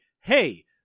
hey